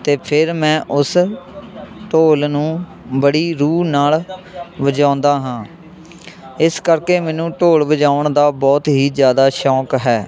ਅਤੇ ਫਿਰ ਮੈਂ ਉਸ ਢੋਲ ਨੂੰ ਬੜੀ ਰੂਹ ਨਾਲ਼ ਵਜਾਉਂਦਾ ਹਾਂ ਇਸ ਕਰਕੇ ਮੈਨੂੰ ਢੋਲ ਵਜਾਉਣ ਦਾ ਬਹੁਤ ਹੀ ਜ਼ਿਆਦਾ ਸ਼ੌਂਕ ਹੈ